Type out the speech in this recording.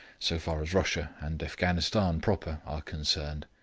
so far as russia and afghanistan proper are concerned.